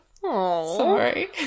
sorry